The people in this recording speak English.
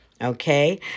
okay